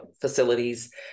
facilities